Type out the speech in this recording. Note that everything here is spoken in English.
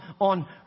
on